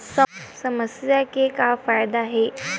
समस्या के का फ़ायदा हे?